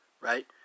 right